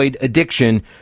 addiction